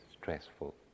stressful